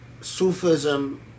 Sufism